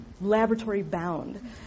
laboratory-bound